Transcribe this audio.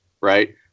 Right